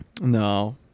No